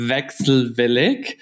Wechselwillig